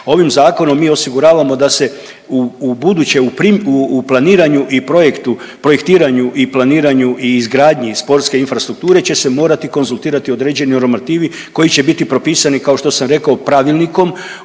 Ovim zakonom mi osiguravamo da se u buduće u planiranju i projektu, projektiranju i planiranju i izgradnji sportske infrastrukture će se morati konzultirati određeni normativi koji će biti propisani kao što sam rekao Pravilnikom